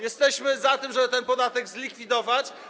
Jesteśmy za tym, żeby ten podatek zlikwidować.